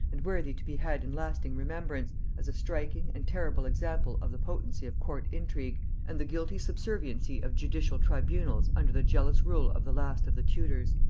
and worthy to be had in lasting remembrance, as a striking and terrible example of the potency of court-intrigue, and the guilty subserviency of judicial tribunals under the jealous rule of the last of the tudors.